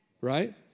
right